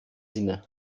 sinne